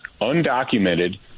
undocumented